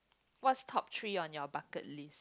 what's top three on your bucket list